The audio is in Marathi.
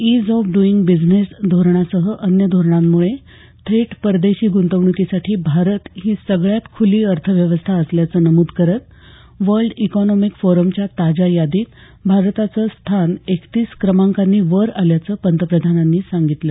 ईझ ऑफ डुईंग बिझिनेस धोरणासह अन्य धोरणांमुळे थेट परदेशी गुंतवणुकीसाठी भारत ही सगळ्यात खुली अर्थव्यवस्था असल्याचं नमूद करत वर्ल्ड इकॉनॉमिक फोरमच्या ताज्या यादीत भारताचं स्थान एकतीस क्रमांकांनी वर आल्याचं पंतप्रधानांनी सांगितलं